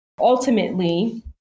Ultimately